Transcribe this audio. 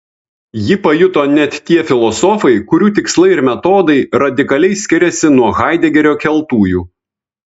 jį pajuto net tie filosofai kurių tikslai ir metodai radikaliai skiriasi nuo haidegerio keltųjų